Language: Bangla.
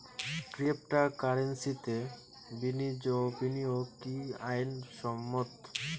ক্রিপ্টোকারেন্সিতে বিনিয়োগ কি আইন সম্মত?